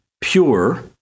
pure